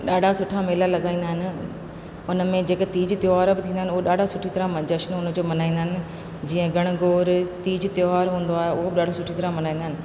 ॾाढा सुठा मेला लॻाईंदा आइन उन में जेके तीज तैवार बि थींदा आहिनि उहो ॾाढा सुठी तरह जशन उन जो मल्हाईंदा आहिनि जीअं घणघोर तीज त्योहार हूंदो आहे उहो बि ॾाढो सुठी तरह मल्हाईंदा आहिनि